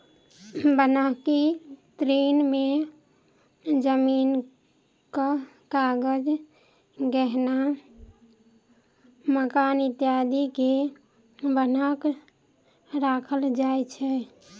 बन्हकी ऋण में जमीनक कागज, गहना, मकान इत्यादि के बन्हक राखल जाय छै